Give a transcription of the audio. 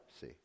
see